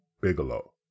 bigelow